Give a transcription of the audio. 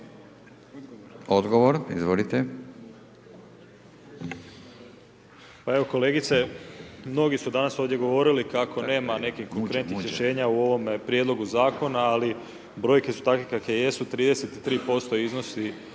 Domagoj (HDZ)** Pa evo kolegice, mnogi su danas ovdje govorili kako nema nekih konkretnih rješenja u ovome prijedlogu zakona ali brojke su takve kakve jesu 33% iznosi